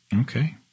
Okay